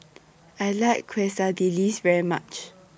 I like Quesadillas very much